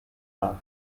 are